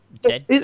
Dead